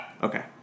Okay